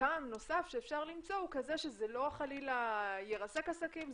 שטעם נוסף שאפשר למצוא הוא כזה שזה לא חלילה ירסק עסקים,